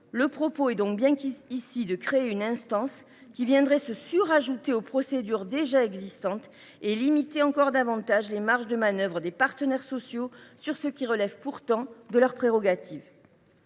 Il s’agit donc bien de créer une instance qui viendrait s’ajouter aux procédures déjà existantes et qui limiterait encore davantage les marges de manœuvre des partenaires sociaux, dans un domaine qui relève pourtant de leurs prérogatives.